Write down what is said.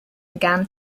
began